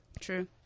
true